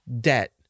debt